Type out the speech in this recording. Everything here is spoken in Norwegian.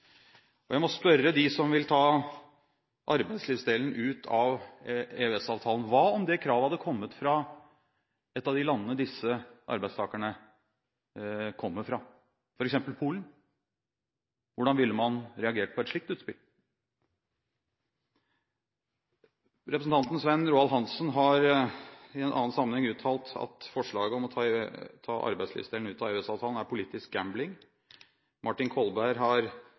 hatt. Jeg må spørre dem som vil ta arbeidslivsdelen ut av EØS-avtalen: Hva om det kravet hadde kommet fra et av de landene disse arbeidstakerne kommer fra, f.eks. Polen? Hvordan ville man reagert på et slikt utspill? Representanten Svein Roald Hansen har i en annen sammenheng uttalt at forslaget om å ta arbeidslivsdelen ut av EØS-avtalen er politisk gambling. Martin Kolberg